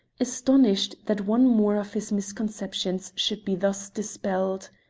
astonished that one more of his misconceptions should be thus dispelled.